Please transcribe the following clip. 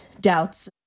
doubts